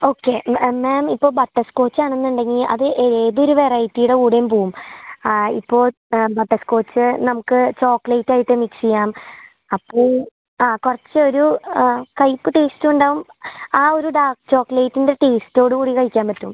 okay ma'am ഇപ്പോൾ butterscotch ആണെന്നുണ്ടെങ്കിൽ അത് ഏതൊരു വെറൈറ്റിയുടെ കൂടെയും പോവും ഇപ്പോൾ ബട്ടർസ്കോച്ച് നമുക്ക് ചോക്ലേറ്റ് ആയിട്ട് മിക്സ് ചെയ്യാം അപ്പോൾ ആ കുറച്ചൊരു കയ്പ്പ് ടേസ്റ്റ് ഉണ്ടാവും ആ ഒരു ഡാർക്ക് ചോക്ലേറ്റിൻ്റെ ടേസ്റ്റോട് കൂടി കഴിക്കാൻ പറ്റും